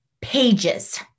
pages